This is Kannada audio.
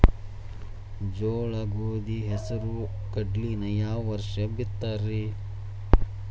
ಜೋಳ, ಗೋಧಿ, ಹೆಸರು, ಕಡ್ಲಿನ ಯಾವ ವರ್ಷ ಬಿತ್ತತಿರಿ?